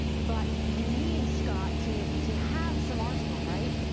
but you need, scott, to to have some arsenal, right?